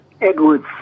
Edwards